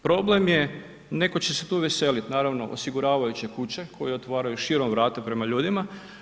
Problem je, netko će se tu veseliti, naravno, osiguravajuće kuće koje otvaraju širom vrata prema ljudima.